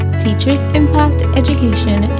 teachersimpacteducation